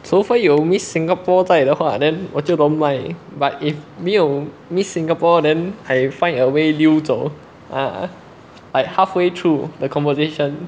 so far you miss singapore 在的话 then 我就 don't mind but if 没有 miss singapore then I find a way 溜走 ah like I halfway through the conversation